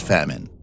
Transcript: Famine